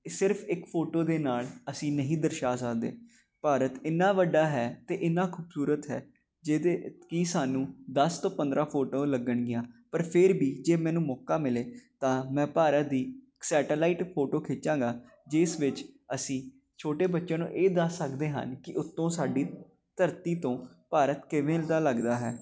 ਸਿਰਫ਼ ਇੱਕ ਫੋਟੋ ਦੇ ਨਾਲ ਅਸੀਂ ਨਹੀਂ ਦਰਸ਼ਾ ਸਕਦੇ ਭਾਰਤ ਇੰਨਾ ਵੱਡਾ ਹੈ ਅਤੇ ਇੰਨਾ ਖੂਬਸੂਰਤ ਹੈ ਜਿਹਦੇ ਕੀ ਸਾਨੂੰ ਦਸ ਤੋਂ ਪੰਦਰ੍ਹਾਂ ਫੋਟੋ ਲੱਗਣਗੀਆਂ ਪਰ ਫਿਰ ਵੀ ਜੇ ਮੈਨੂੰ ਮੌਕਾ ਮਿਲੇ ਤਾਂ ਮੈਂ ਭਾਰਤ ਦੀ ਸੈਟਲਾਈਟ ਫੋਟੋ ਖਿਚਾਂਗਾ ਜਿਸ ਵਿੱਚ ਅਸੀਂ ਛੋਟੇ ਬੱਚਿਆਂ ਨੂੰ ਇਹ ਦੱਸ ਸਕਦੇ ਹਨ ਕਿ ਉੱਤੋਂ ਸਾਡੀ ਧਰਤੀ ਤੋਂ ਭਾਰਤ ਕਿਵੇਂ ਦਾ ਲੱਗਦਾ ਹੈ